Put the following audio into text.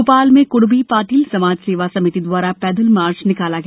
भोपाल में कृणबी पाटील समाज सेवा समिति द्वारा पैदल मार्च निकाला गया